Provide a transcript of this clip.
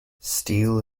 steel